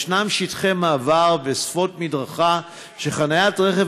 יש שטחי מעבר ושפות מדרכה שחניית רכב